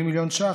80 מיליון ש"ח,